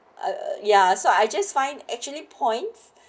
uh ya so I just fine actually points